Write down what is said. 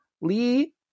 lee